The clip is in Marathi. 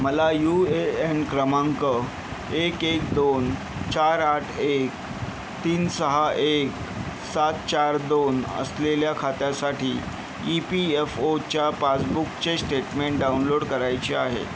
मला यू ए एन क्रमांक एक एक दोन चार आठ एक तीन सहा एक सात चार दोन असलेल्या खात्यासाठी ई पी यफ ओच्या पासबुकचे स्टेटमेंट डाउनलोड करायचे आहे